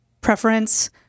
preference